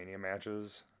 matches